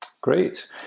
great